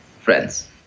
friends